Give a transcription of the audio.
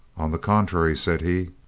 on the contrary, said he.